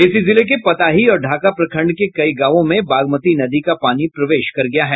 इसी जिले के पताही और ढाका प्रखंड के कई गांवों में बागमती नदी का पानी प्रवेश कर गया है